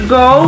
go